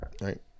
Right